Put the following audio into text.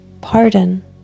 pardon